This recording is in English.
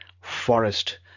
forest